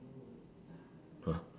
!huh!